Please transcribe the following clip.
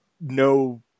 no